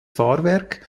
fahrwerk